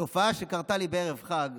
התופעה שקרתה לי בערב החג,